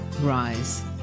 rise